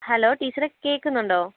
hello ടീച്ചറേ കേൾക്കുന്നുണ്ടോ